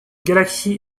galaxie